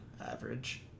average